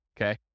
Okay